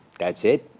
that's it?